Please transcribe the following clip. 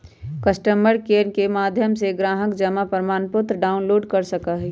customer care के माध्यम से ग्राहक जमा प्रमाणपत्र डाउनलोड कर सका हई